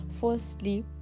Firstly